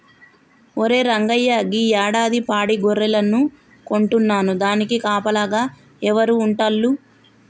ఒరే రంగయ్య గీ యాడాది పాడి గొర్రెలను కొంటున్నాను దానికి కాపలాగా ఎవరు ఉంటాల్లు